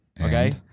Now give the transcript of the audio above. Okay